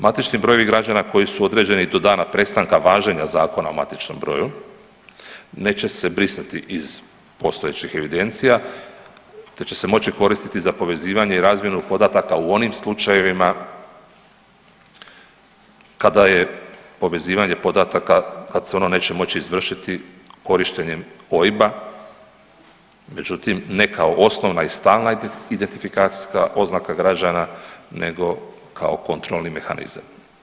Matični brojevi građana koji u određeni do dana prestanka važenja Zakona o matičnom broju, neće se brisati iz postojećih evidencija te će se moći koristiti za povezivanje i razmjenu podataka u onim slučajevima kada je povezivanje podataka, kad se ono neće moći izvršiti korištenjem OIB-a međutim ne kao osnovna i stalna identifikacijska oznaka građana nego kao kontrolni mehanizam.